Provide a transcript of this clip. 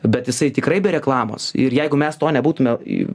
bet jisai tikrai be reklamos ir jeigu mes to nebūtume į